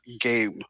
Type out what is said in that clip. game